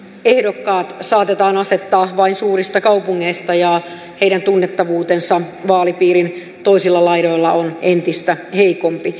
ehdokkaat saatetaan asettaa vain suurista kaupungeista ja heidän tunnettavuutensa vaalipiirin toisilla laidoilla on entistä heikompi